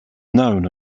known